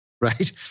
right